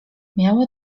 miało